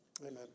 Amen